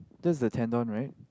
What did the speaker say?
that's the tendon right